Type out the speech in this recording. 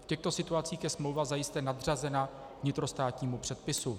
V těchto situacích je smlouva zajisté nadřazena vnitrostátnímu předpisu.